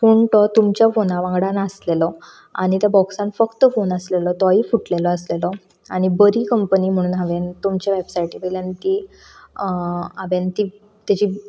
पूण तो तुमच्या फोना वांगडा नासलेलो आनी त्या बॉक्सांत फकत फोन आसलेलो तोय बी फुटलेलो आसलेलो आनी बरी कंपनी म्हूण हांवें तुमच्या वॅबसायटी वयल्यान ती हांवें ती ताजी